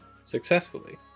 successfully